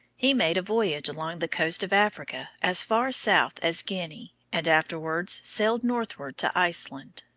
he made a voyage along the coast of africa as far south as guinea, and afterwards sailed northward to iceland.